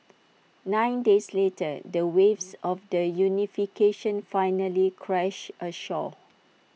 nine days later the waves of the unification finally crashed ashore